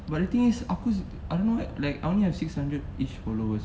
but the thing is aku is I don't know like I only got six hundred each followers